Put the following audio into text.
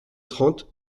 trente